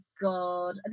god